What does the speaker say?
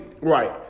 Right